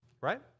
Right